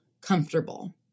comfortable